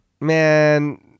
Man